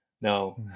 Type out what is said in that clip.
Now